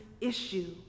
issue